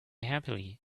happily